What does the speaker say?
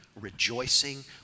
rejoicing